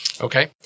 Okay